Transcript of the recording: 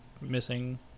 missing